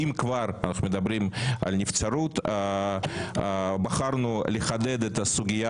אם כבר אנחנו מדברים על נבצרות בחרנו לחדד את הסוגיה